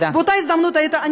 באותה הזדמנות, תודה.